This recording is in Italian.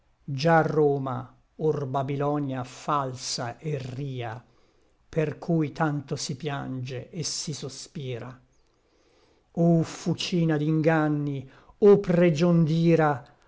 già roma or babilonia falsa et ria per cui tanto si piange et si sospira o fucina d'inganni o pregion dira